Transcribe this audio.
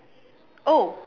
oh